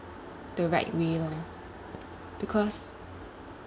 the right way lor because